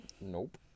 Nope